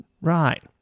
Right